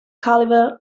caliber